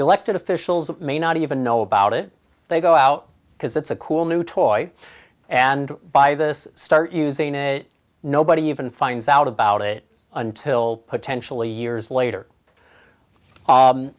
elected officials may not even know about it they go out because it's a cool new toy and by this start using it nobody even finds out about it until potentially years later